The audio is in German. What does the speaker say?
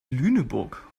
lüneburg